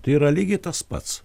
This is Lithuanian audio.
tai yra lygiai tas pats